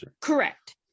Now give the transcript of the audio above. Correct